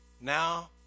Now